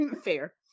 fair